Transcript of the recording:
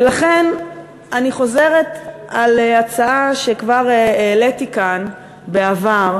ולכן אני חוזרת על הצעה שכבר העליתי כאן בעבר,